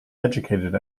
educated